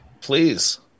Please